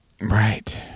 right